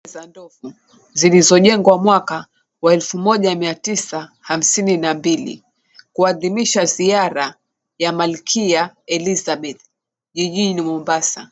Meza ndovu zilizojengwa mwaka wa 1952 kuadilisha ziara ya malkia Elizabeth jijini Mombasa